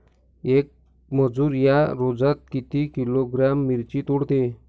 येक मजूर या रोजात किती किलोग्रॅम मिरची तोडते?